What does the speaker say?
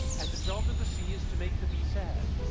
and the job of the c is to make the b sad.